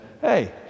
hey